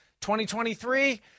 2023